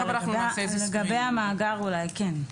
לגבי המאגר אולי כן.